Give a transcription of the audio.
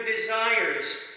desires